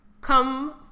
come